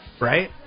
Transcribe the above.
Right